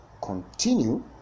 continue